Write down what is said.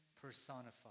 personified